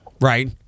Right